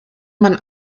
man